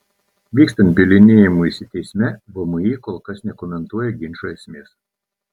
vykstant bylinėjimuisi teisme vmi kol kas nekomentuoja ginčo esmės